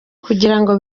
kugirango